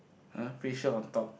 uh free shirt on top